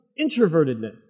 introvertedness